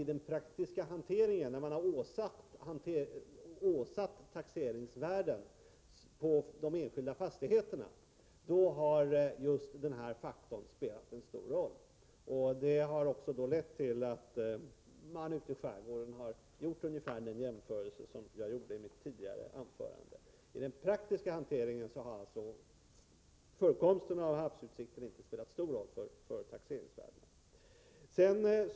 I den praktiska hanteringen, när de enskilda fastigheterna har åsatts taxeringsvärden, har just denna faktor varit av stor betydelse. Det har också lett till att man ute i skärgården har gjort ungefär den jämförelse som jag gjorde i mitt tidigare anförande. I den praktiska hanteringen har alltså förekomsten av havsutsikt spelat stor roll för taxeringsvärdena.